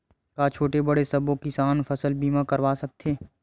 का छोटे बड़े सबो किसान फसल बीमा करवा सकथे?